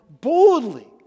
boldly